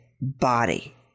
body